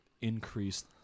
increase